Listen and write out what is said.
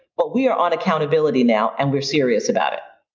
but we are on accountability now and we're serious about it,